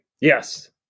Yes